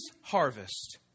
harvest